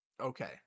Okay